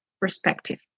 perspective